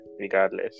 regardless